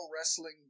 wrestling